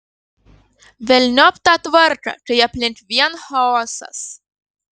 velniop tą tvarką kai aplink vien chaosas